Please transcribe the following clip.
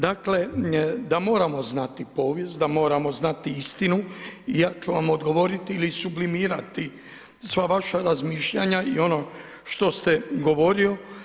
Dakle da moramo znati povijest, da moram znati istinu ja ću vam odgovoriti ili sublimirati sva vaša razmišljanja i ono što ste govorio.